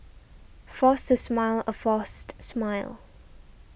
force to smile a forced smile